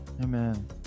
amen